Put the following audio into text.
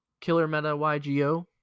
KillerMetaYGO